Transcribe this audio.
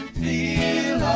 feel